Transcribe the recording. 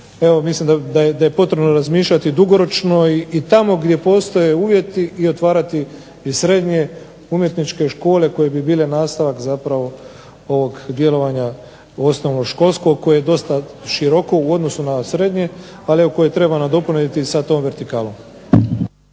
mislim da je potrebno razmišljati dugoročno i tamo gdje postoje uvjeti i otvarati i srednje umjetničke škole koje bi bile nastavak zapravo ovog djelovanja osnovnoškolskog koje je dosta široko u odnosu na srednje, ali koje treba nadopuniti sa tom vertikalom.